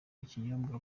ikinyobwa